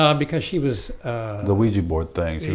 um because she was the ouija board thing.